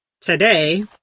today